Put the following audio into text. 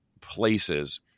places